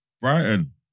Brighton